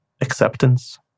acceptance